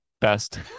best